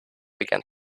began